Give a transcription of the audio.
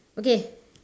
okay